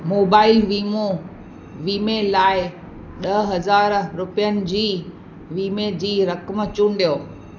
mobile वीमो वीमे लाइ ॿ हज़ार रुपियनि जी वीमे जी रक़म चूंडियो